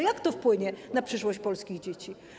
Jak to wpłynie na przyszłość polskich dzieci?